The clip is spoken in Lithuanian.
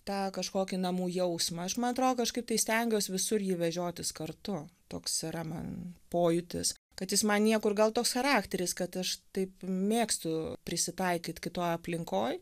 tą kažkokį namų jausmą aš man atrodo kažkaip tai stengiuos visur jį vežiotis kartu toks yra man pojūtis kad jis man niekur gal toks charakteris kad aš taip mėgstu prisitaikyt kitoj aplinkoj